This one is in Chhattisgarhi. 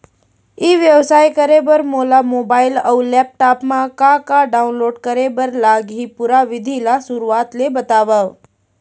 ई व्यवसाय करे बर मोला मोबाइल अऊ लैपटॉप मा का का डाऊनलोड करे बर लागही, पुरा विधि ला शुरुआत ले बतावव?